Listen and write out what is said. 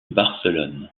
barcelone